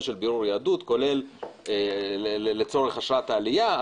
של בירור יהדות כולל לצורך אשרת עלייה,